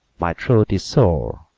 my throat is sore,